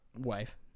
wife